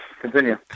continue